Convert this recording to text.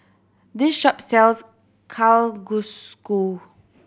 this shop sells Kalguksu